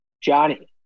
Johnny